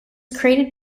created